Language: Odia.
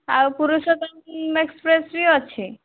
ଆଉ ପୁରୁଷୋତ୍ତମ ଏକ୍ସପ୍ରେସ୍ ବି ଅଛି